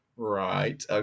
Right